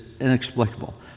inexplicable